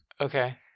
Okay